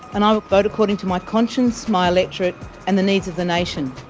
and i will vote according to my conscience, my electorate and the needs of the nation.